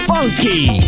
Funky